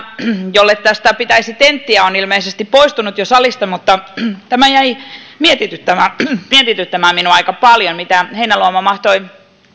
jolle tästä pitäisi tenttiä on ilmeisesti poistunut jo salista mutta tämä jäi mietityttämään mietityttämään minua aika paljon mitä heinäluoma mahtoi